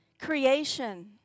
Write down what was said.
creation